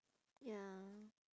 ya